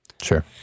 Sure